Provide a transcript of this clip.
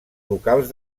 locals